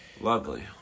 Lovely